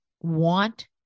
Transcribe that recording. want